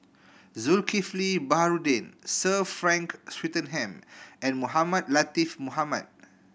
Zulkifli Baharudin Sir Frank Swettenham and Mohamed Latiff Mohamed